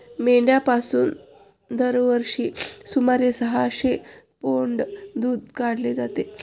मेंढ्यांपासून दरवर्षी सुमारे सहाशे पौंड दूध काढले जाते